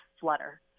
flutter